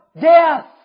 death